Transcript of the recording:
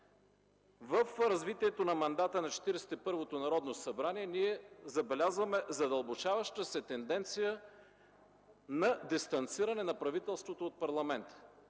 В развитието на мандата на Четиридесет и първото Народно събрание ние забелязваме задълбочаваща се тенденция на дистанциране на правителството от парламента